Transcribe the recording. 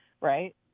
Right